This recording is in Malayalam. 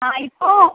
ആ ഇപ്പോൾ